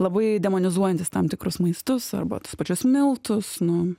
labai demonizuojantys tam tikrus maistus arba tuos pačius miltus nu